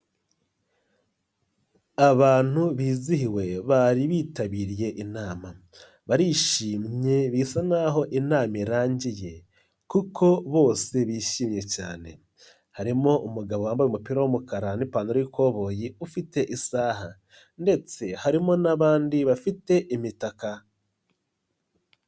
abantu bizihiwe bari bitabiriye inama, barishimye bisa n'aho inama irangiye kuko bose bishimye cyane, harimo umugabo wambaye umupira w'umukara n'ipantaro y'ikoboyi ufite isaha ndetse harimo n'abandi bafite imitaka.